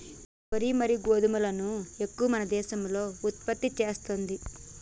వరి మరియు గోధుమలను ఎక్కువ మన దేశం ఉత్పత్తి చేస్తాంది